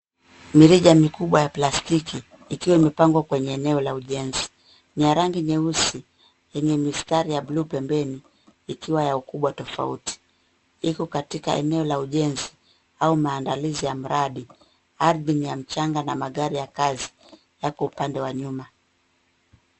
Mirija mikubwa ya plastiki ikiwa imepangwa kwenye eneo la ujenzi. Ni ya rangi nyeusi yenye mistari ya blue pembeni ikiwa ya ukubwa tofauti. Iko katika eneo la ujenzi au maandalizi ya mradi. Ardhi ni ya mchanga na magari ya kazi yako upande wa nyuma.